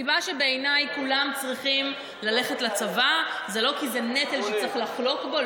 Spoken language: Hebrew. הסיבה שבעיניי כולם צריכים ללכת לצבא זה לא כי זה נטל שצריך לחלוק בו,